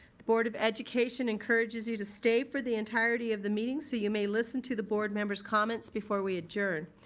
the board of education encourages you to stay for the entirety of the meeting so you may listen to the board members' comments before we adjourn.